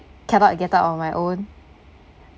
cannot get out on my own